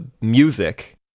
music